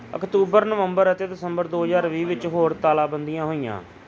October ਨਵੰਬਰ ਅਤੇ ਦਸੰਬਰ ਦੋ ਹਜ਼ਾਰ ਵੀਹ ਵਿੱਚ ਹੋਰ ਤਾਲਾਬੰਦੀਆਂ ਹੋਈਆਂ